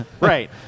Right